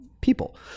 people